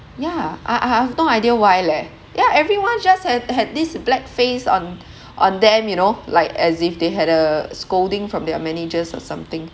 yeah I I I've no idea why leh ya everyone just had had this black face on on them you know like as if they had a scolding from their managers or something